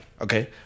Okay